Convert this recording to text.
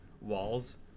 walls